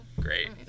great